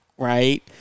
Right